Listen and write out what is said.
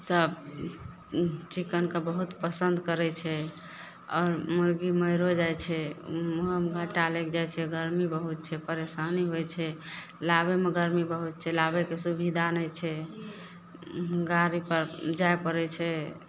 सब चिकनके बहुत पसन्द करय छै आओर मुर्गी मरियो जाइ छै उहोमे घाटा लागि जाइ छै गर्मी बहुत छै परेशानी होइ छै लाबयमे गर्मी बहुत छै लाबयके सुविधा नहि छै गाड़ीपर जाइ पड़य छै